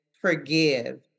forgive